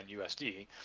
usd